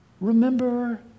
Remember